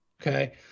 Okay